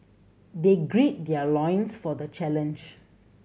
they gird their loins for the challenge